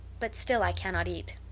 but still i cannot eat.